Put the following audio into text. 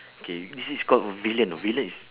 K this is called villain know villain is